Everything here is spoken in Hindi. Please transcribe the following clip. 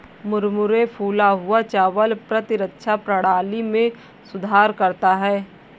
मुरमुरे फूला हुआ चावल प्रतिरक्षा प्रणाली में सुधार करता है